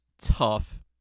tough